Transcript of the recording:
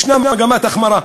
יש מגמת החמרה,